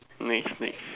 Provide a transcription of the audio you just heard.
next next